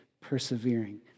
persevering